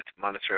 monitor